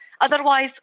Otherwise